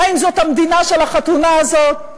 האם זאת המדינה של החתונה הזאת?